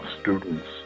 students